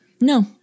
No